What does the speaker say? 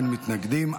אין מתנגדים,